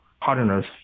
partners